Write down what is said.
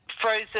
frozen